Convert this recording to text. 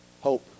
Hope